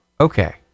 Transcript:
Okay